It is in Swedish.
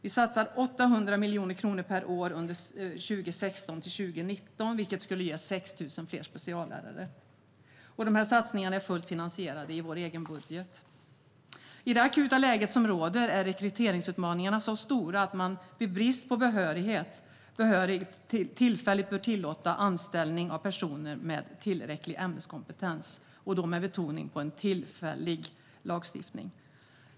Vi satsar 800 miljoner kronor per år under 2016-2019, vilket skulle ge 6 000 fler speciallärare. Dessa satsningar är fullt finansierade i vår egen budget. I det akuta läge som råder är rekryteringsutmaningarna så stora att man vid brist på behöriga tillfälligt bör tillåta anställning av personer med tillräcklig ämneskompetens, med betoning på tillfällig lagstiftning.